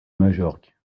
majorque